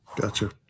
gotcha